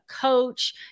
coach